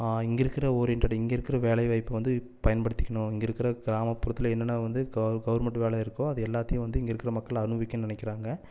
இங்கே இருக்கிற ஓரியண்டடாக இங்கே இருக்கிற வேலை வாய்ப்பை வந்து பயன்படுத்திக்கணும் இங்கே இருக்கிற கிராமப்புறத்தில் என்னன்னா வந்து க கவர்மெண்ட் வேலை இருக்கோ அது எல்லத்தையும் வந்து இங்கே இருக்கிற மக்கள் அனுபவிக்க நினைக்கிறாங்க